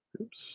Oops